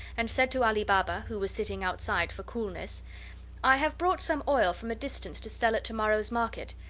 and said to ali baba, who was sitting outside for coolness i have brought some oil from a distance to sell at to-morrow's market,